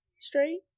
straight